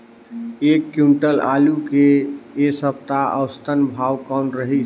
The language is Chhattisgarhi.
एक क्विंटल आलू के ऐ सप्ता औसतन भाव कौन रहिस?